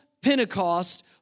Pentecost